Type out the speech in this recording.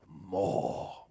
more